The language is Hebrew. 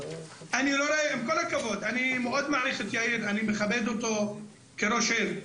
אני מאוד מעריך את יאיר, אני מכבד אותו כראש עיר.